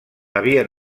havia